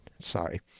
Sorry